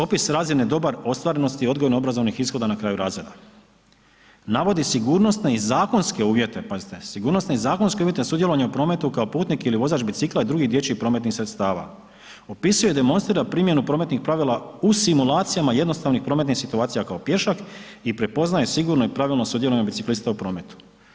Opis razine dobar, ostvarenosti i odgojno obrazovnih ishoda na kraju razreda, navodi sigurnosne i zakonske uvjete, pazite sigurnosne i zakonske uvjete sudjelovanja u prometu kao putnik ili vozač bicikla i drugih dječjih prometnih sredstava, opisuje i demonstrira primjenu prometnih pravila u simulacijama jednostavnih prometnih situacija kao pješak i prepoznaje sigurno i pravilno sudjelovanje biciklista u prometu.